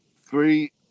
three